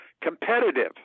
competitive